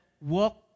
walk